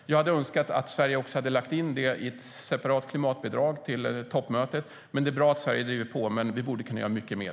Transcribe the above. Jag hade önskat att Sverige också hade lagt in det i ett separat klimatbidrag till toppmötet. Det är bra att Sverige driver på, men vi borde kunna göra mycket mer.